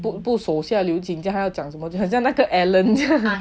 不不手下留情这样他要讲什么好像那个 allen 这样